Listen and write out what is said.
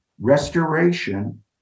restoration